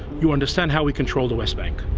you understand how we control the westbank.